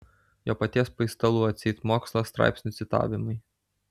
jo paties paistalų atseit mokslo straipsnių citavimai